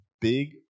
big